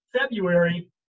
February